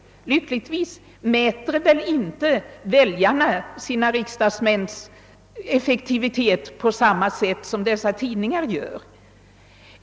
— Lyckligtvis mäter väl inte väljarna sina riksdagsmäns effektivitet på samma sätt som dessa tidningar gör.